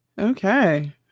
Okay